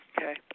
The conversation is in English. Okay